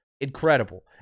incredible